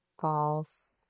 False